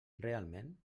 realment